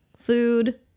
food